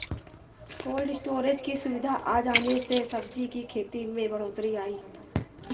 cold storage की सुविधा आ जाने से सब्जी की खेती में बढ़ोत्तरी आई है